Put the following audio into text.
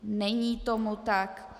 Není tomu tak.